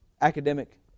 academic